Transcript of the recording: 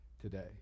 today